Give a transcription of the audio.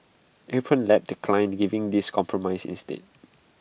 Apron Lab declined giving this compromise instead